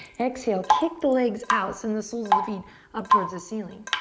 exhale, kick the legs out. send the soles of the feet up towards the ceiling.